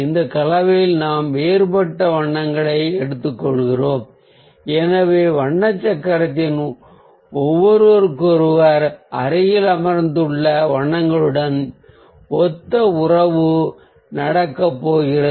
இந்த கலவையில் நாம் வேறுபட்ட வண்ணங்களை எடுத்துக்கொள்கிறோம் எனவே வண்ண சக்கரத்தில் அருகில் அமைந்துள்ள வண்ணங்களுடன் ஒத்த உறவு நடக்கப்போகிறது